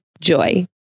Joy